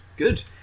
Good